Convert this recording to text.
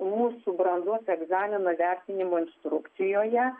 mūsų brandos egzaminų vertinimo instrukcijoje